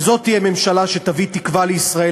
וזאת תהיה ממשלה שתביא תקווה לישראל.